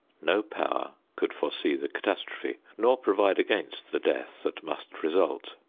no power could foresee the catastrophe, nor provide against the death that must result.